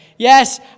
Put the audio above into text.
Yes